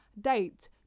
date